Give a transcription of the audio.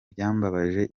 byambabaje